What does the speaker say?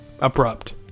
abrupt